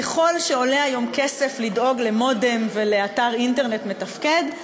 ככל שעולה היום כסף לדאוג למודם ולאתר אינטרנט מתפקד.